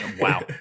Wow